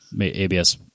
ABS